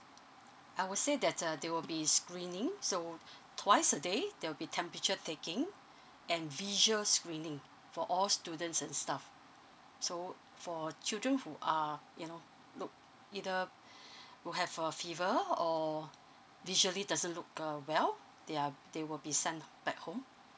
I would say that uh they will be a screening so twice a day there will be temperature taking and visual screening for all students and staff so for children who are you know look either who have a fever or visually doesn't look uh well they are they will be sent back home